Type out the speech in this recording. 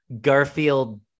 Garfield